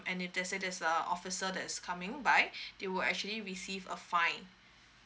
and if let's say there's a officer that's coming by they will actually receive a fine